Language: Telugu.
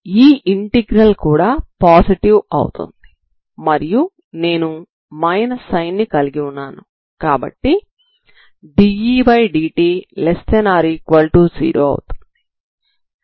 ఈ ఇంటిగ్రల్ కూడా పాజిటివ్ అవుతుంది మరియు నేను సైన్ ని కలిగి ఉన్నాను కాబట్టి dEdt≤0 అవుతుంది